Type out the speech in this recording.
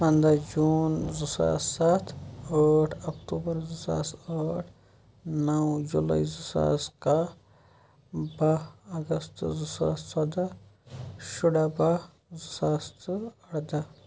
پنٛداہ جوٗن زٕ ساس سَتھ ٲٹھ اَکتوٗبَر زٕ ساس ٲٹھ نَو جُلاے زٕ ساس کَہہ بَہہ اَگستہٕ زٕ ساس ژۄداہ شُراہ بَہہ زٕ ساس تہٕ اَرداہ